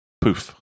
Poof